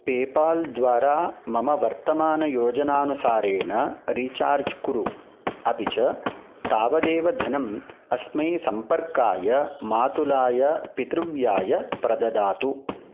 PayPal द्वारा मम वर्तमानयोजनानुसारेण रीचार्ज् कुरु अपि च तावदेव धनम् अस्मै सम्पर्काय मातुलाय पितृव्याय प्रददातु